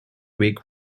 week